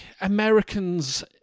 Americans